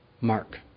Mark